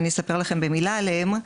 אני אספר לכם במילה עליהם.